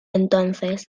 entonces